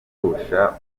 gupfusha